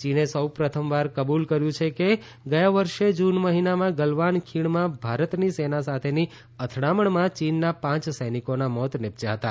ચીન ગલવાન ખીણ ચીને સૌ પ્રથમવાર કબુલ કર્યું છે કે ગયા વર્ષે જૂન મહિનામાં ગલવાન ખીણમાં ભારતની સેના સાથેની અથડામણમાં ચીનના પાંચ સૈનિકોના મોત નીપશ્યાં હતાં